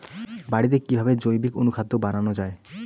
বাড়িতে কিভাবে জৈবিক অনুখাদ্য বানানো যায়?